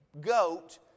goat